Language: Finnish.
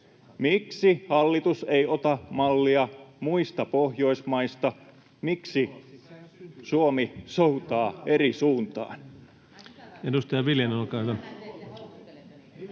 Miksi hallitus ei ota mallia muista Pohjoismaista? Miksi Suomi soutaa eri suuntaan?